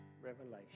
revelation